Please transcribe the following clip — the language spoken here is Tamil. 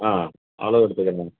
ஆ அளவெடுத்துக்கலாம்